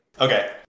Okay